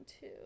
two